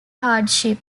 hardship